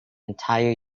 entire